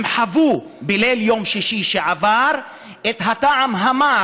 הם חוו בליל יום שישי שעבר את הטעם המר